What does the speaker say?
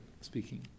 speaking